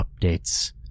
updates